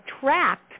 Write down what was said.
tracked